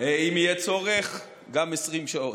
אם יהיה צורך, גם 20 שעות.